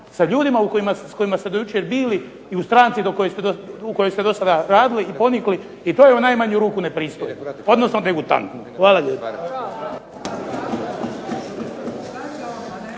sa ljudima s kojima ste do jučer bili u stranci i u kojoj ste do sada radili i ponikli. I to je u najmanju ruku nepristojno odnosno degutantno. Hvala.